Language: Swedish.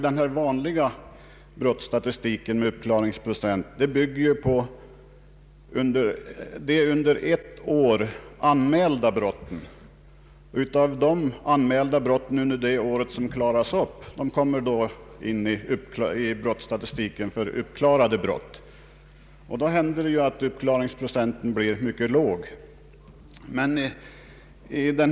Den vanliga brottsstatistiken som visar uppklaringsprocent bygger på under ett år anmälda brott. De under året anmälda brott som klaras upp under samma år kommer då in i statistiken för uppklarade brott. Då händer det att uppklaringsprocenten blir mycket låg.